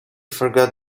forget